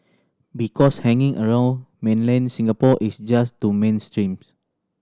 because hanging around mainland Singapore is just too mainstream